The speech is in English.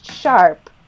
Sharp